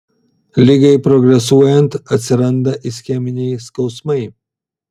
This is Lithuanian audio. ligai progresuojant atsiranda ischeminiai skausmai